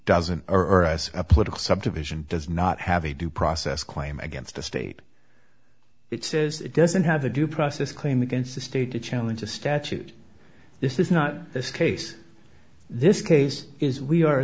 doesn't or as a political subdivision does not have a due process claim against the state it says it doesn't have a due process claim against the state to challenge the statute this is not this case this case is we are